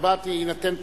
שבה יינתן פתרון.